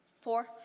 four